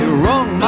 wrong